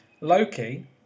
Loki